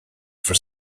for